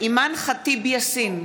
אימאן ח'טיב יאסין,